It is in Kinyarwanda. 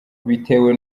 bitewe